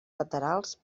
laterals